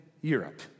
Europe